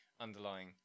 underlying